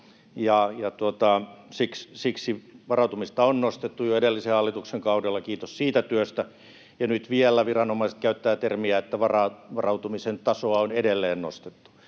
siksi varautumista on nostettu jo edellisen hallituksen kaudella — kiitos siitä työstä — ja nyt vielä viranomaiset käyttävät termiä, että varautumisen tasoa on edelleen nostettu.